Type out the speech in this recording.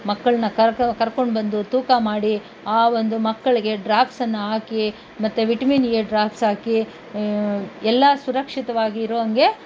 ಮಕ್ಕಳನ್ನ ಕರ್ಕೊ ಕರ್ಕೊಂಡ್ಬಂದು ತೂಕ ಮಾಡಿ ಆ ಒಂದು ಮಕ್ಕಳಿಗೆ ಡ್ರಾಪ್ಸನ್ನು ಹಾಕಿ ಮತ್ತು ವಿಟಮಿನ್ ಎ ಡ್ರಾಪ್ಸ್ ಹಾಕಿ ಎಲ್ಲ ಸುರಕ್ಷಿತವಾಗಿ ಇರೋಹಂಗೆ